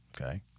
Okay